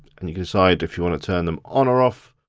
and you can decide if you wanna turn them on or off.